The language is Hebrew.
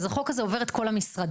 אז החוק עובר את כל המשרדים.